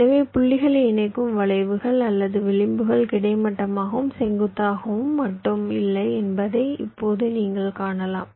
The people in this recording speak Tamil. எனவே புள்ளிகளை இணைக்கும் வளைவுகள் அல்லது விளிம்புகள் கிடைமட்டமாகவும் செங்குத்தாகவும் மட்டும் இல்லை என்பதை இப்போது நீங்கள் காணலாம்